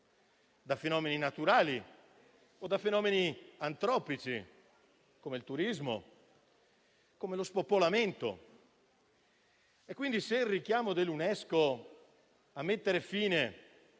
da fenomeni naturali o antropici, come il turismo o lo spopolamento. Quindi, il richiamo dell'UNESCO a mettere fine